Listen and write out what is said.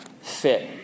fit